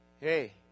Hey